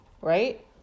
right